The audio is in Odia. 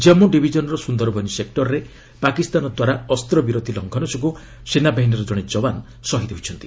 ଜମ୍ମୁ ଡିଭିଜନ୍ର ସୁନ୍ଦରବନି ସେକ୍ଟରରେ ପାକିସ୍ତାନଦ୍ୱାରା ଅସ୍ତ୍ରବିରତି ଲଙ୍ଘନ ଯୋଗୁଁ ସେନାବାହିନୀର ଜଣେ ଯବାନ ଶହିଦ୍ ହୋଇଛନ୍ତି